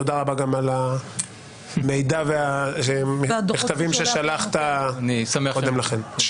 תודה רבה על המידע והמכתבים ששלחת קודם לכן.